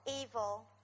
evil